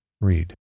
Read